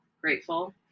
grateful